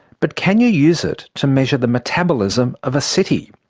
but can you use it to measure the metabolism of a city?